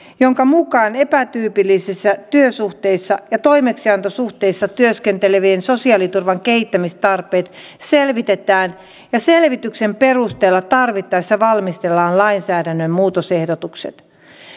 jonka mukaan epätyypillisissä työsuhteissa ja toimeksiantosuhteissa työskentelevien sosiaaliturvan kehittämistarpeet selvitetään ja selvityksen perusteella tarvittaessa valmistellaan lainsäädännön muutosehdotukset